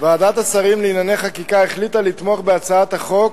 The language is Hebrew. ועדת השרים לענייני חקיקה החליטה לתמוך בהצעת החוק,